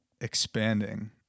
expanding